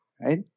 right